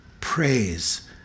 praise